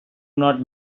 not